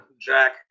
Jack